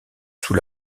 sous